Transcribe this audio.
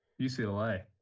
UCLA